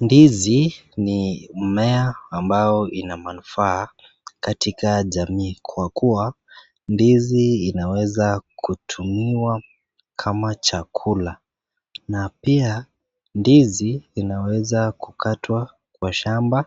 Ndizi ni mimea ambao unamanufaa katika jamii kwa kuwa ndizi inaweza kutumiwa kama chakula. Na pia ndizi inaweza kukatwa kwa shamba